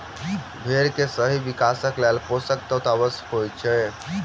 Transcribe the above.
भेंड़ के सही विकासक लेल पोषण तत्वक आवश्यता होइत छै